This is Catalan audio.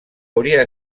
hauria